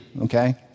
okay